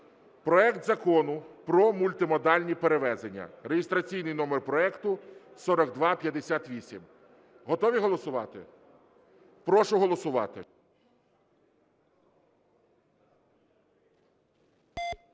проект Закону про мультимодальні перевезення (реєстраційний номер проекту 4258). Готові голосувати? Прошу голосувати.